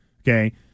Okay